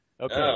Okay